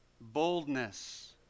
boldness